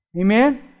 Amen